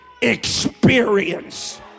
experience